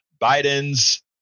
Biden's